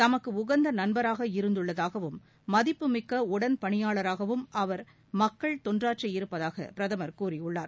தமக்கு உகந்த நண்பராக இருந்துள்ளதாகவும் மதிப்பு மிக்க உடன் பணியாளராகவும் அவர் மக்கள் தொண்டாற்றியிருப்பதாக பிரதமர் கூறியுள்ளார்